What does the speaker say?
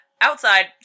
Outside